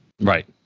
Right